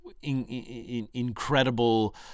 incredible